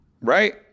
right